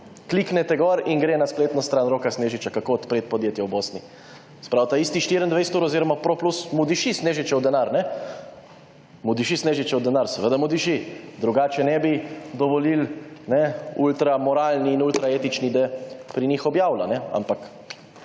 Kliknete gor in gre na spletno stran Roka Snežiča kako odpreti podjetje v Bosni. Se pravi ta isti 24ur oziroma ProPlus mu diši Snežičev denar. Mu diši Snežičev denar, seveda mu diši, drugače ne bi dovolili ultra moralni in ultra etični, da pri njih objavlja. Ampak